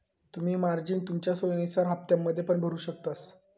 तुम्ही मार्जिन तुमच्या सोयीनुसार हप्त्त्यांमध्ये पण भरु शकतास